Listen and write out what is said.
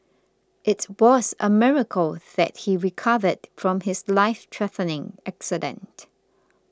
it was a miracle that he recovered from his lifethreatening accident